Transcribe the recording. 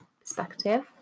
perspective